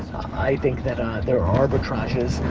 i think that there are arbitrages.